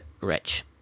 Rich